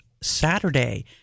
Saturday